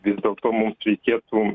vis dėlto mums reikėtų